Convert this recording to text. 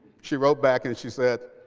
she wrote back, and she said,